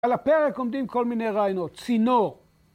‫על הפרק עומדים כל מיני רעיונות. ‫צינור.